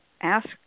ask